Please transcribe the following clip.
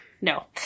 no